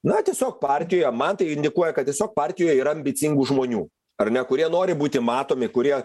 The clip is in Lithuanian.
na tiesiog partijoje man tai indikuoja kad tiesiog partijoj yra ambicingų žmonių ar ne kurie nori būti matomi kurie